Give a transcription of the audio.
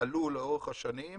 עלו לאורך השנים,